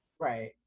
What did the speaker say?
Right